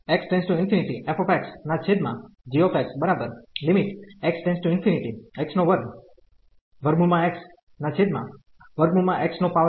તેથી આ લિમિટ 1 તરીકે આવશે